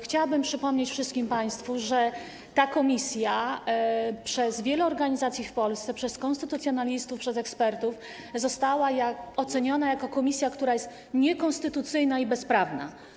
Chciałabym przypomnieć wszystkim państwu, że ta komisja przez wiele organizacji w Polsce, przez konstytucjonalistów, przez ekspertów została oceniona jako komisja, która jest niekonstytucyjna i bezprawna.